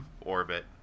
orbit